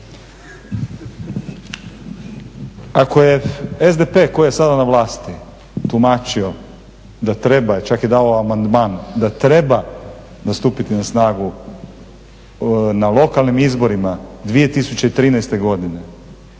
Ako je SDP koji je sada na vlasti tumačio da treba, čak je dao i amandman, da treba stupiti na snagu na lokalnim izborima 2013. godine